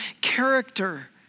character